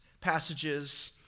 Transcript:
passages